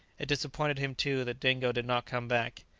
it disappointed him, too, that dingo did not come back.